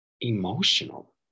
emotional